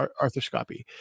arthroscopy